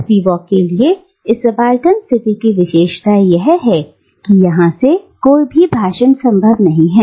Spivak के लिए इस सबाल्टर्न स्थिति की विशेषता यह है कि यहां से कोई भी भाषण संभव नहीं है